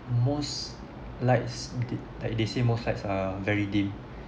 most lights did like they say most lights are very dim